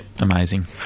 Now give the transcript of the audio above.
amazing